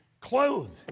clothed